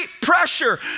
pressure